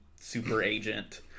super-agent